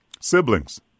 Siblings